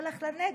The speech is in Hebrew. הוא הלך לנגב,